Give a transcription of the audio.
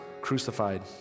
crucified